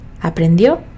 aprendió